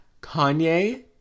Kanye